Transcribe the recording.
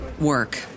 work